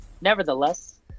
Nevertheless